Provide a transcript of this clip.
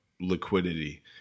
liquidity